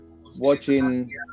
watching